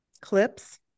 clips